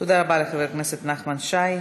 תודה רבה לחבר הכנסת נחמן שי.